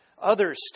others